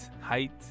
height